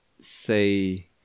say